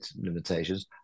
limitations